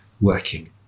working